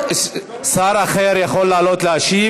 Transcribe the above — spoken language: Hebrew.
שר אחר יכול לעלות להשיב,